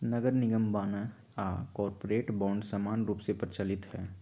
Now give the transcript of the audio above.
नगरनिगम बान्ह आऽ कॉरपोरेट बॉन्ड समान्य रूप से प्रचलित हइ